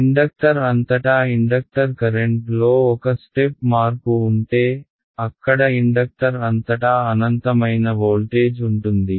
inductor అంతటా inductor current లో ఒక స్టెప్ మార్పు ఉంటే అక్కడ ఇండక్టర్ అంతటా అనంతమైన వోల్టేజ్ ఉంటుంది